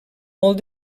molt